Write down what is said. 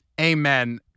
Amen